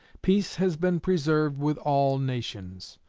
peace has been preserved with all nations,